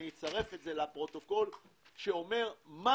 אני אצרף את זה לפרוטוקול - אומר מה